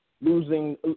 losing